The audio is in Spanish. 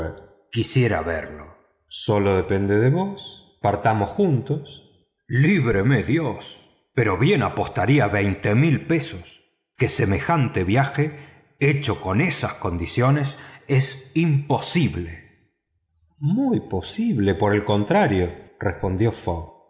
quisiera verlo sólo depende de vos partamos juntos libreme dios pero bien apostaría cuatro mil libras a que semejante viaje hecho con esas condiciones es imposible muy posible por el contrario respondió